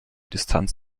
distanz